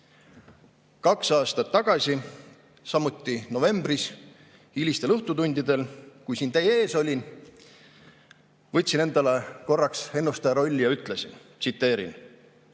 Kaks aastat tagasi, samuti novembris, hilistel õhtutundidel, kui siin teie ees olin, võtsin endale korraks ennustaja rolli ja ütlesin (tsiteerin):